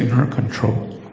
her control.